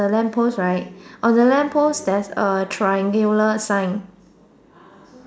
there is a lamp post right on the lamp post theres a triangular sign